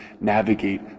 navigate